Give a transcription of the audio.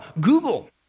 Google